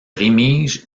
rémiges